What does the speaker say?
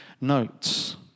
notes